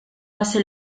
hace